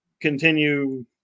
continue